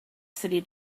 city